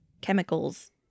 chemicals